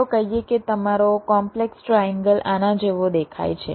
ચાલો કહીએ કે તમારો કોમ્પલેક્સ ટ્રાએન્ગલ આના જેવો દેખાય છે